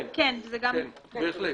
כן, בהחלט.